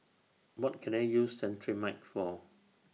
What Can I use Cetrimide For